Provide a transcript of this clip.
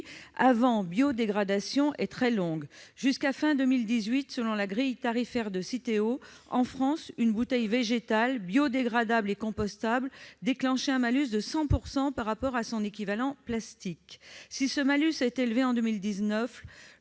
avant biodégradation est très longue. Jusqu'à la fin de l'année 2018, selon la grille tarifaire de Citeo, en France, une bouteille végétale, biodégradable et compostable déclenchait un malus de 100 % par rapport à son équivalent plastique. Si ce malus a été levé en 2019,